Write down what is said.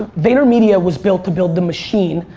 vaynermedia was built to build the machine,